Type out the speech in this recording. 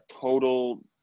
total –